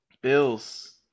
Bills